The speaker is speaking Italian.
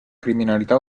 criminalità